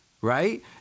right